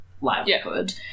livelihood